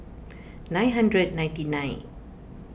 nine hundred ninety nine